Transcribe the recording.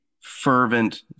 fervent